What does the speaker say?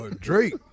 Drake